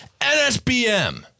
NSBM